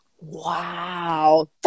Wow